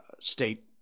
state